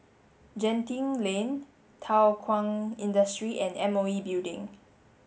Genting Lane Thow Kwang Industry and M O E Building